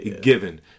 given